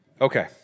Okay